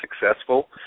successful